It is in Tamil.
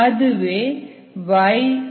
அதுவே yA